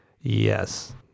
Yes